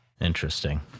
Interesting